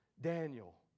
Daniel